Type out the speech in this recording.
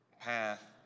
path